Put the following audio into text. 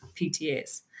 PTAs